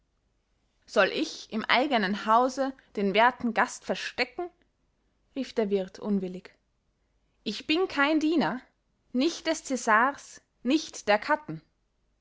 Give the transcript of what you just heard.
soll ich im eigenen hause den werten gast verstecken rief der wirt unwillig ich bin kein diener nicht des cäsars nicht der katten